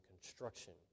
construction